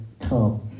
come